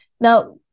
now